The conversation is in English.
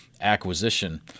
acquisition